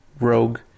Rogue